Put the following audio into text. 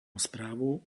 správu